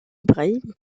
ibrahim